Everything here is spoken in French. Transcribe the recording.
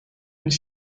une